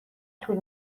طول